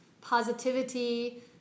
positivity